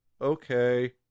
Okay